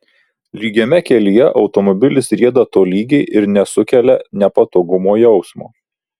lygiame kelyje automobilis rieda tolygiai ir nesukelia nepatogumo jausmo